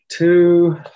two